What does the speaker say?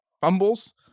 fumbles